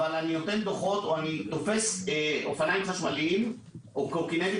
אבל אני נותן דוחות או תופס אופניים חשמליים או קורקינטים